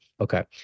okay